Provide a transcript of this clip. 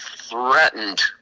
threatened